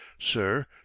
Sir